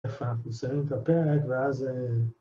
יפה, אנחנו נסיים את הפרק ואז...